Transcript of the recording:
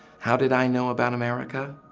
how did i know about america?